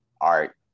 art